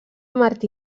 martí